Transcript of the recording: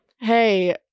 hey